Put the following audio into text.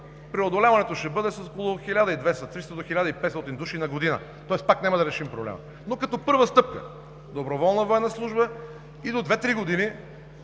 преодоляването ще бъде с около 1200, 1300 до 1500 души на година. Тоест пак няма да решим проблема, но като първа стъпка – доброволна военна служба, и до 2 – 3 години